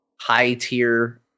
high-tier